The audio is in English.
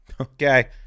okay